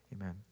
amen